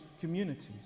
communities